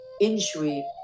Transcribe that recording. injury